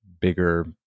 bigger